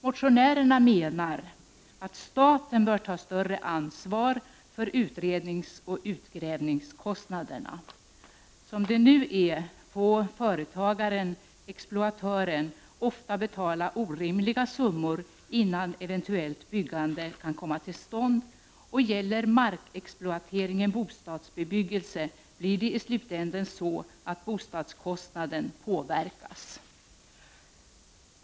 Motionärerna menar att staten bör ta större ansvar för utredningsoch utgrävningskostnaderna. Som det nu är får företagaren, exploatören, ofta betala orimliga summor, innan eventuellt byggande kan komma till stånd. Gäller markexploateringen bostadsbebyggelse, blir det i slutänden så att bostadskostnaden påverkas.